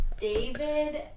David